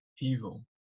evil